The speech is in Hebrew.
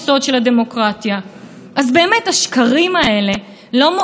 הם מחלישים אותה כמדינה דמוקרטית, ליברלית, צודקת.